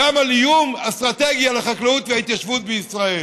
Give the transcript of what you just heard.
גם על איום אסטרטגי על החקלאות וההתיישבות בישראל.